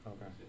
Okay